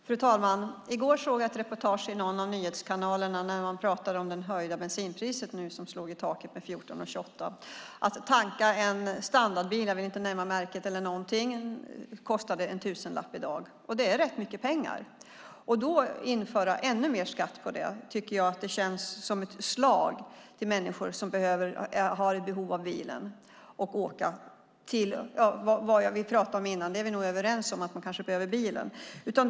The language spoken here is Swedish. Fru talman! I går såg jag ett reportage på någon av nyhetskanalerna om det höjda bensinpriset, som nu slog i taket med 14:28. Att tanka en standardbil - jag vill inte nämna märket - kostade en tusenlapp i dag. Det är rätt mycket pengar. Att då införa ännu högre skatt på det känns som ett slag mot människor som har behov av bilen. Vi är nog överens om att man kanske behöver bilen.